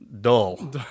dull